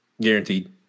guaranteed